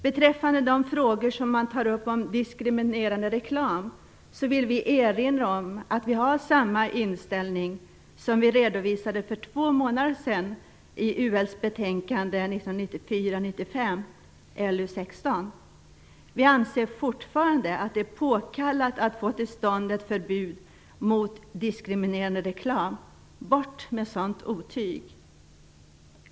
Beträffande frågan om diskriminerande reklam vill vi erinra om att vi har samma inställning som vi redovisade för två månader sedan i betänkandet 1994/95:LU16. Vi anser fortfarande att ett förbud mot diskriminerande reklam är påkallat. Bort med sådant otyg!